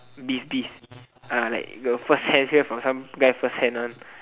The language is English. beef beef ah like you firsthand hear from some guy firsthand one